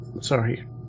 sorry